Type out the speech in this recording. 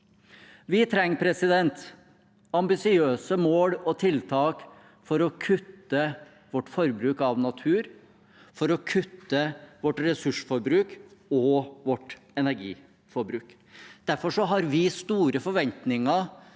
Vi trenger ambisiøse mål og tiltak for å kutte vårt forbruk av natur, for å kutte vårt ressursforbruk og vårt energiforbruk. Derfor har vi store forventninger